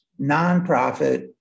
nonprofit